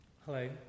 Hello